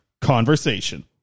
Conversation